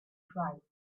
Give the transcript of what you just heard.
tribes